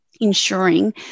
ensuring